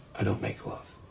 i don't make love.